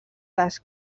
les